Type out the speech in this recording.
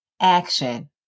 action